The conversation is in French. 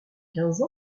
quinze